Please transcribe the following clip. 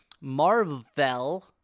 marvel